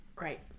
Right